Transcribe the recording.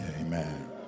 Amen